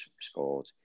scored